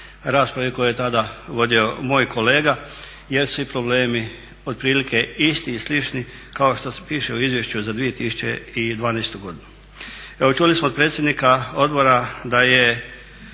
raspravi koju je tada vodio moj kolega, jer su problemi otprilike isti i slični kao što piše u Izvješću za 2012. godinu. Evo čuli smo od predsjednika Odbora da je